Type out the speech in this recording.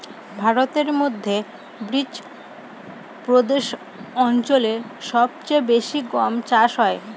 ভারতের মধ্যে বিচপ্রদেশ অঞ্চলে সব চেয়ে বেশি গম চাষ হয়